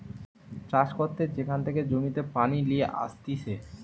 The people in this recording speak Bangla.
চাষ করতে যেখান থেকে জমিতে পানি লিয়ে আসতিছে